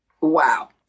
Wow